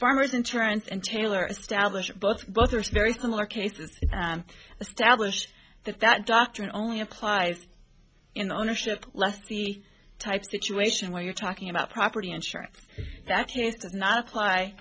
farmers insurance and taylor established both but there's very similar cases established that that doctrine only applies in ownership less the type situation where you're talking about property insurance that does not apply